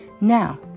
Now